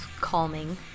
calming